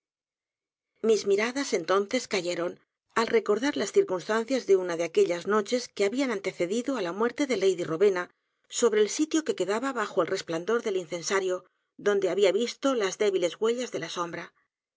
mis miradas entonces cayeron al recordar las circunstancias de u n a de aquellas noches que habían antecedido á la muerte de lady rowena sobre el sitio que quedaba bajo el resplandor del incensario donde había visto las débiles huellas d é l a sombra